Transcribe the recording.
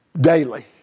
daily